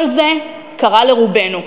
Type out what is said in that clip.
כל זה קרה לרובנו,